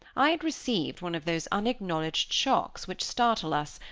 i had received one of those unacknowledged shocks which startle us,